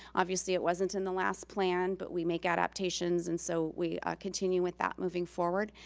obviously it wasn't in the last plan, but we make adaptations. and so we continue with that moving forward.